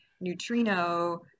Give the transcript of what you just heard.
neutrino